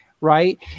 right